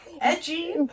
edgy